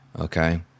okay